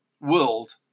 world